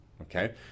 okay